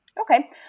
Okay